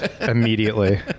immediately